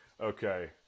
Okay